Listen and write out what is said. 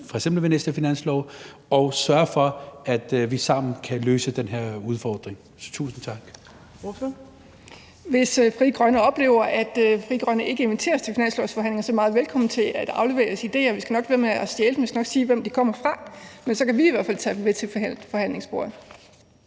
Fjerde næstformand (Trine Torp): Ordføreren. Kl. 21:14 Kathrine Olldag (RV): Hvis Frie Grønne oplever, at Frie Grønne ikke inviteres til finanslovsforhandlingerne, så er I meget velkomne til at aflevere jeres idéer. Vi skal nok lade være med at stjæle dem, vi skal nok sige, hvem de kommer fra, men så kan vi hvert fald tage dem med til forhandlingsbordet.